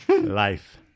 life